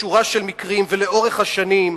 בשורה של מקרים ולאורך השנים,